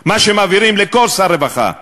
מה שמבהירים לכל שר רווחה: